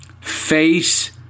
Face